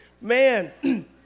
Man